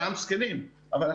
גם בזמן שאנחנו